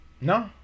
No